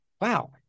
wow